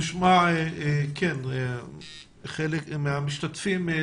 נשמע עוד מעט חלק מהמשתתפים.